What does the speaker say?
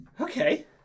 Okay